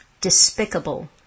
Despicable